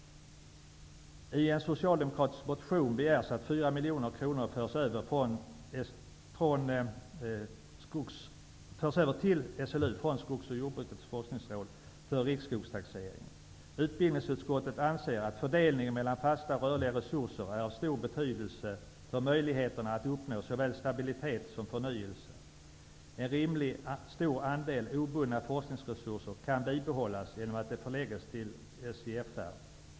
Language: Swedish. I en socialdemokratisk motion begärs att 4 miljoner kronor förs över till SLU från Skogs och jordbrukets forskningsråd för riksskogstaxeringen. Utbildningsutskottet anser att fördelningen mellan fasta och rörliga resurser är av stor betydelse för möjligheterna att uppnå såväl stabilitet som förnyelse. En rimligt stor andel obundna forskningsresurser kan bibehållas genom att de förläggs till SJFR.